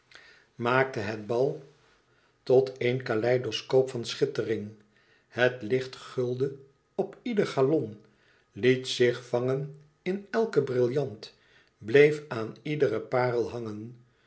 maakt het bal tot éen caleidoscoop van schittering het licht guldde op ieder galon liet zich vangen in elken brillant bleef aan iedere parel hangen